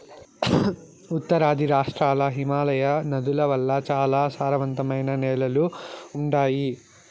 ఉత్తరాది రాష్ట్రాల్ల హిమాలయ నదుల వల్ల చాలా సారవంతమైన నేలలు ఉండాయి